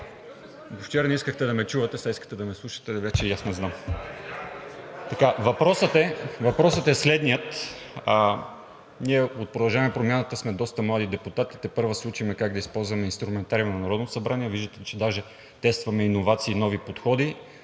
Вчера не искахте да ме чувате, а сега искате да ме слушате?! Вече и аз не знам. Въпросът е следният: ние от „Продължаваме Промяната“ сме доста млади депутати, тепърва се учим как да използваме инструментариума на Народното събрание. Виждате, че даже тестваме иновации и нови подходи